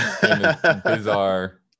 bizarre